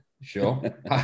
sure